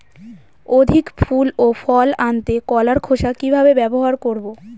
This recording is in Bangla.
অধিক ফুল ও ফল আনতে কলার খোসা কিভাবে ব্যবহার করব?